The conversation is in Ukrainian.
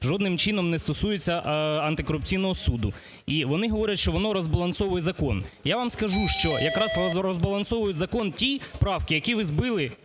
Жодним чином не стосується антикорупційного суду. І вони говорять, що воно розбалансовує закон. Я вам скажу, що якраз розбалансовують закон ті правки, які ви збили,